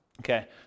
Okay